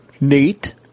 Neat